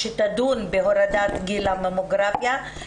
שתדון בהורדת גיל הממוגרפיה.